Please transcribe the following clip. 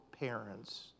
parents